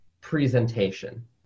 presentation